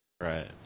Right